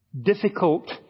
Difficult